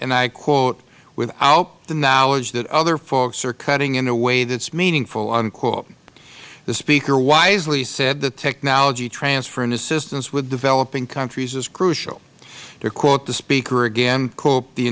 i quote without the knowledge that other folks are cutting in a way that is meaningful unquote the speaker wisely said that technology transfer and assistance with developing countries is crucial to quote the speaker again quote the